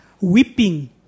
weeping